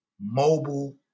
mobile